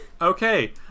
Okay